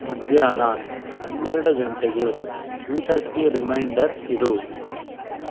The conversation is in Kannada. ಮಧ್ಯಾಹ್ನ ಹನ್ನೆರಡು ಗಂಟೆಗೆ ಊಟಕ್ಕೆ ರಿಮೈಂಡರ್ ಇಡು